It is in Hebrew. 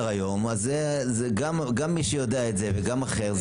היום אז גם מי שיודע את זה וגם אחר,